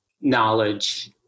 knowledge